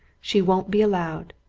she won't be allowed!